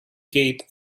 gate